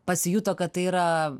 pasijuto kad tai yra